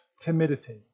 timidity